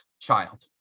child